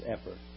effort